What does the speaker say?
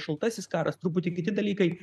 šaltasis karas truputį kiti dalykai